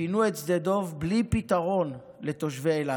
פינו את שדה דב בלי פתרון לתושבי אילת,